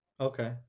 Okay